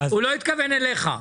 הוא לא התכוון אליך.